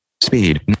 speed